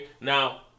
Now